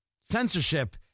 censorship